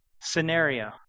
scenario